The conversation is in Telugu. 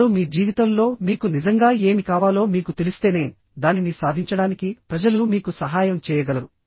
ఇప్పుడు మీ జీవితంలో మీకు నిజంగా ఏమి కావాలో మీకు తెలిస్తేనే దానిని సాధించడానికి ప్రజలు మీకు సహాయం చేయగలరు